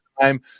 time